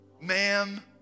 Ma'am